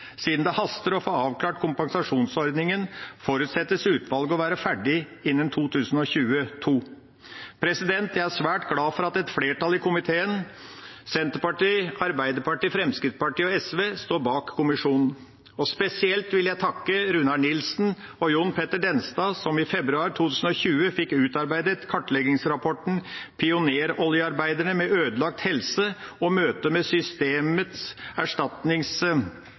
Siden det haster å få avklart kompensasjonsordningen, forutsettes utvalget å være ferdig innen 2022. Jeg er svært glad for at et flertall i komiteen, Senterpartiet, Arbeiderpartiet, Fremskrittspartiet og SV, står bak kommisjonen. Spesielt vil jeg takke Runar Nilsen og John-Peder Denstad som i februar 2020 fikk utarbeidet kartleggingsrapporten Pioneroljearbeiderne med ødelagt helse – og møtet med